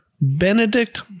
Benedict